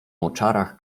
moczarach